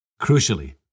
Crucially